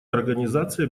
организации